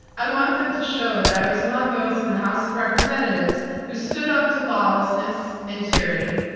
i want them to show that i was among those in the house of representatives who stood up to lawlessness and tyranny,